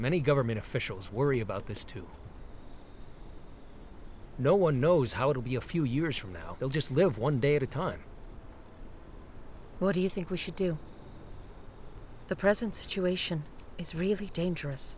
many government officials worry about this too no one knows how to be a few years from now we'll just live one day at a time what do you think we should do the present situation is really dangerous